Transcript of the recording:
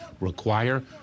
require